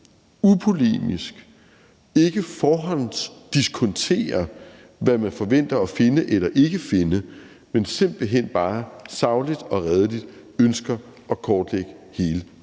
upolemisk og ikke forhåndsdiskonterer, hvad man forventer at finde eller ikke finde, men simpelt hen bare sagligt og redeligt ønsker at kortlægge hele